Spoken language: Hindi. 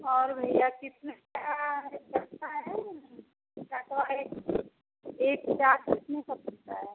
और भैया कितने का ये पड़ता है चटवा एक एक चाट कितने का पड़ता है